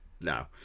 No